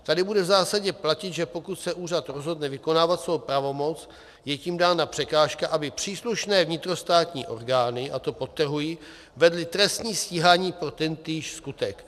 Tady bude v zásadě platit, že pokud se úřad rozhodne vykonávat svou pravomoc, je tím dána překážka, aby příslušné vnitrostátní orgány, a to podtrhuji, vedly trestní stíhání pro tentýž skutek.